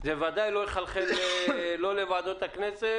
זה לפי המנגנון של החוק.